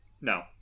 No